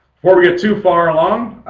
before we get too far um